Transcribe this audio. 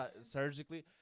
surgically